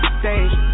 stage